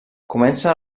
comença